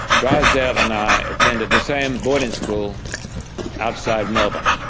drysdale and i attended the same boarding school outside melbourne.